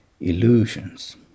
illusions